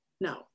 no